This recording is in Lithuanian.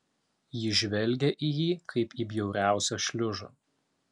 ji žvelgė į jį kaip į bjauriausią šliužą